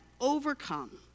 overcome